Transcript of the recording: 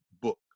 book